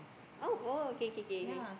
oh oh okay okay okay okay